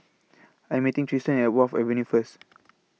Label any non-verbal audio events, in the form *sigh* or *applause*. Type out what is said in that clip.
I Am meeting Triston At Wharf Avenue First *noise*